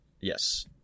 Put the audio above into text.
Yes